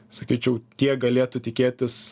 sakyčiau tie galėtų tikėtis